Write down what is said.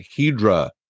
Hydra